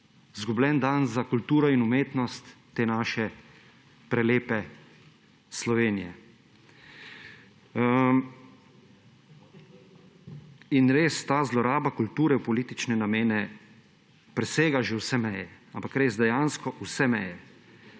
izgubljen dan za kulturo in umetnost te naše prelepe Slovenije. In res, ta zloraba kulture v politične namene presega že vse meje, ampak res dejansko vse meje.